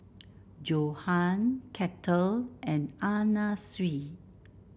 Johan Kettle and Anna Sui